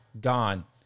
gone